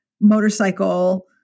motorcycle